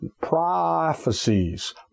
prophecies